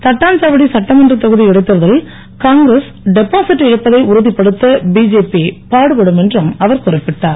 தட்டாஞ்சாவடி சட்டமன்ற தொகுதி இடைத்தேர்தலில் காங்கிரஸ் டெபாசிட் இழப்பதை உறுதிப்படுத்த பிஜேபி பாடுபடும் என்றும் அவர் குறிப்பிட்டார்